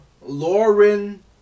Lauren